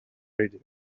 radio